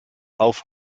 auf